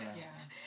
Yes